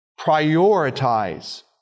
Prioritize